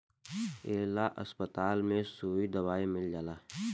ए ला अस्पताल में सुई दवाई मील जाला